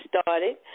started